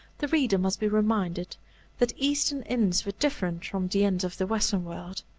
the reader must be reminded that eastern inns were different from the inns of the western world.